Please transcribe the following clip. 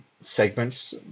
segments